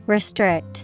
Restrict